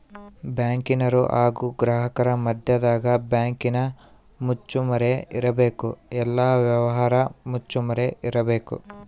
ಬ್ಯಾಂಕಿನರು ಹಾಗು ಗ್ರಾಹಕರ ಮದ್ಯದಗ ಬ್ಯಾಂಕಿನ ಮುಚ್ಚುಮರೆ ಇರಬೇಕು, ಎಲ್ಲ ವ್ಯವಹಾರ ಮುಚ್ಚುಮರೆ ಇರಬೇಕು